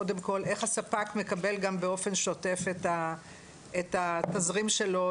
קודם כל איך הספק מקבל גם באופן שוטף את התזרים שלו,